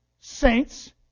Saints